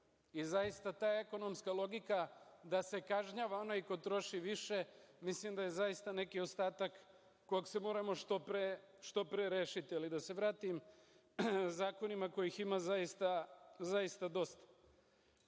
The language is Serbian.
i zaista ta ekonomska logika da se kažnjava onaj ko troši više, mislim da je zaista neki ostatak kog se moramo što pre rešiti. Ali, da se vratim zakonima kojih ima zaista dosta. Još